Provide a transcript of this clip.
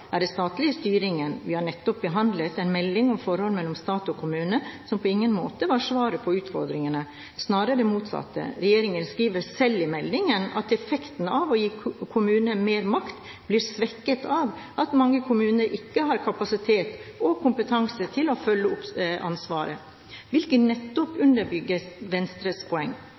er den statlige styringen. Vi har nettopp behandlet en melding om forholdet mellom stat og kommune, som på ingen måte var svaret på utfordringene, snarere det motsatte. Regjeringen skriver i meldingen at effekten av å gi kommunene mer makt blir svekket av at mange kommuner ikke har kapasitet og kompetanse til å følge opp ansvaret, hvilket nettopp underbygger Venstres poeng.